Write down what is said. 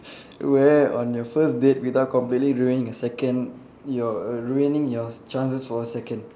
wear on your first date without completely ruining your second your ruining your chances for a second